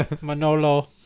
Manolo